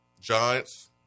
Giants